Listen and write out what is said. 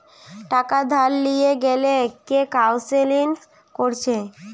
টাকা ধার লিতে গ্যালে যে কাউন্সেলিং কোরছে